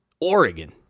Oregon